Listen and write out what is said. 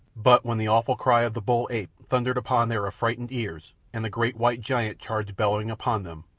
but when the awful cry of the bull-ape thundered upon their affrighted ears, and the great white giant charged bellowing upon them,